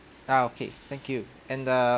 ah okay thank you and the